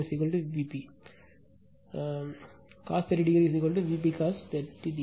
எனவே அது Vp ஆகும் cos 30o Vp cos 30o